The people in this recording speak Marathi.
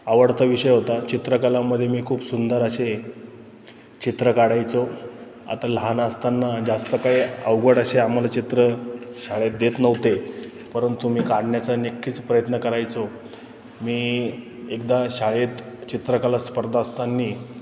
आवडता विषय होता चित्रकलेमध्ये मी खूप सुंदर असे चित्र काढायचो आता लहान असताना जास्त काही अवघड असे आम्हाला चित्र शाळेत देत नव्हते परंतु मी काढण्याचा नक्कीच प्रयत्न करायचो मी एकदा शाळेत चित्रकला स्पर्धा असताना